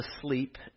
sleep